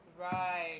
Right